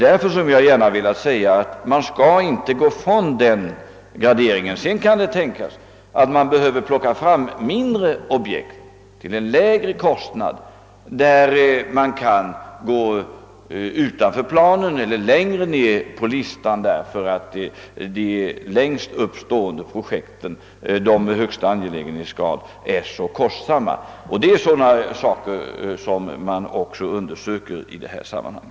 Därför har jag gärna velat säga att man inte skall gå ifrån den graderingen; sedan kan det tänkas att man behöver plocka fram mindre objekt till en lägre kostnad och att man kan gå utanför planen eller längre ned på listan, därför att de längst upp stående projekten med högsta angelägenhetsgrad är så kostsamma. Sådana frågor undersöker man. också i detta sammanhang.